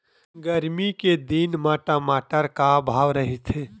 गरमी के दिन म टमाटर का भाव रहिथे?